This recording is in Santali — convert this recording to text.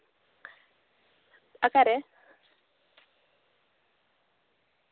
ᱚᱠᱟᱨᱮ